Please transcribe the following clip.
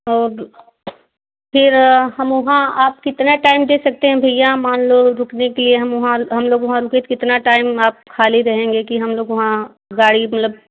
और फिर हम वहाँ आप कितना टाइम दे सकते हैं भैया मान लो रुकने के लिए हम वहाँ हम लोग वहाँ रुकें तो कितना टाइम आप ख़ाली रहेंगे कि हम लोग वहाँ गाड़ी मतलब